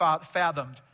fathomed